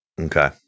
Okay